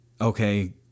okay